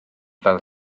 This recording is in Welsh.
fel